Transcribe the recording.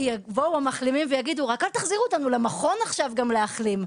כי המחלימים יבואו ויגידו "רק אל תחזירו אותנו למכון כדי להחלים,